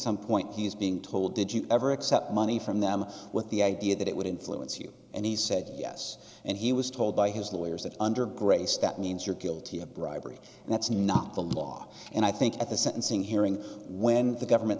some point he's being told did you ever accept money from them with the idea that it would influence you and he said yes and he was told by his lawyers that under grace that means you're guilty of bribery and that's not the law and i think at the sentencing hearing when the government